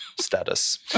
status